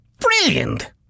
Brilliant